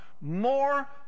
more